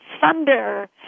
thunder